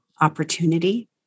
opportunity